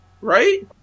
right